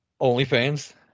OnlyFans